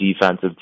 defensive